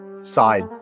side